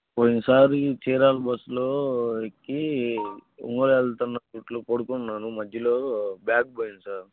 పోయిన సారి చీరాల బస్లో ఎక్కి ఊరెళ్తున్నప్పుడు ఇలా పడుకున్నాను మద్యలో బ్యాగ్ పోయింది సార్